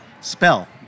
Spell